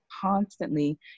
constantly